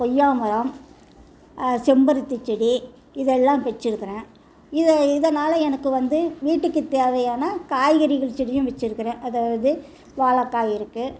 கொய்யா மரம் செம்பருத்தி செடி இதெல்லாம் வச்சுருக்கிறேன் இதை இதனால் எனக்கு வந்து வீட்டுக்கு தேவையான காய்கறிகள் செடியும் வச்சுருக்கிறேன் அதாவது வாழக்காய் இருக்கு